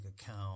account